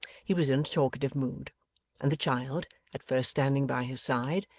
he was in talkative mood and the child, at first standing by his side,